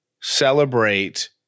celebrate